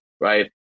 right